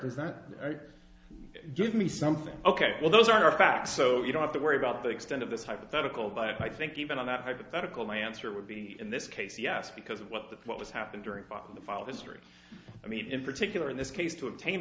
not give me something ok well those are facts so you don't have to worry about the extent of this hypothetical but i think even on that hypothetical my answer would be in this case yes because of what the what has happened during the fall history i mean in particular in this case to obtain